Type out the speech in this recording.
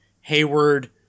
hayward